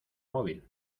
móvil